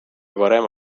varem